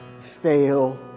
fail